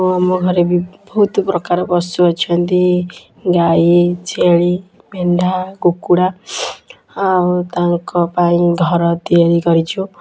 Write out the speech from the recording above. ଆମ ଘରେ ବି ବହୁତ ପ୍ରକାର ପଶୁ ଅଛନ୍ତି ଗାଈ ଛେଳି ମେଣ୍ଡା କୁକୁଡ଼ା ଆଉ ତାଙ୍କ ପାଇଁ ଘର ତିଆରି କରିଛୁ